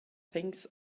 things